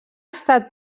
estat